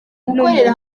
gukorera